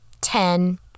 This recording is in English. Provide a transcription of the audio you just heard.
ten